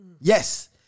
Yes